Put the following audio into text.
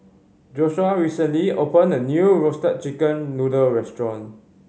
Joshua recently opened a new Roasted Chicken Noodle restaurant